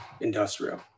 industrial